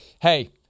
hey